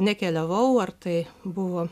nekeliavau ar tai buvo